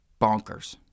bonkers